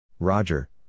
Roger